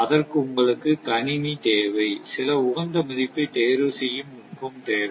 அதற்கு உங்களுக்கு கணினி தேவை சில உகந்த மதிப்பை தேர்வு செய்யும் நுட்பம் தேவை